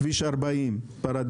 כביש 40 פרדיגמה,